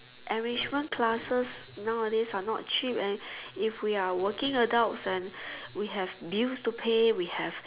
enrichment classes nowadays are not cheap and if we are working adults and we have bills to pay we have